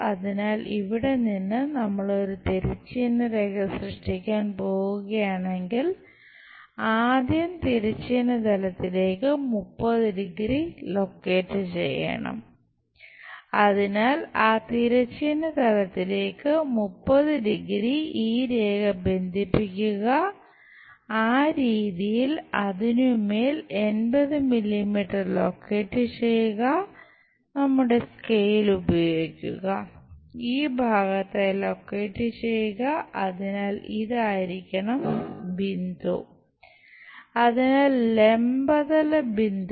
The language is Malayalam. അതിനാൽ ആ തിരശ്ചീന തലത്തിലേക്ക് 30 ഡിഗ്രി ചെയ്യുക അതിനാൽ ഇതായിരിക്കണം ബിന്ദു